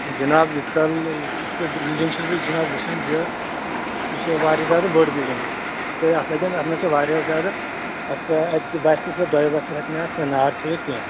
جِناب یِتھٕ کٲلۍ نہٕ یہِ بِلڈِنٛگ چھُس بہٕ جِناب وُچھان زِ یہِ چھِ واریاہ زیادٕ بٔڈ بِلڈِنٛگ تہٕ اَتھ لَگن اَتھ منٛز چھِ واریاہ زیادٕ اَکہِ اکہِ باسہِ چھِ دۅیَو طرفو ہیٚکہٕ نہٕ اَتھ نار ژَھیٚوِتھ کیٚنٛہہ